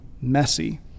messy